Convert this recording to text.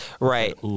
Right